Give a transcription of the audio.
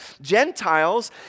Gentiles